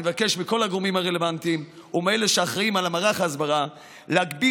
אני מבקש מכל הגורמים הרלוונטיים ומאלה שאחראים למערך ההסברה להגדיל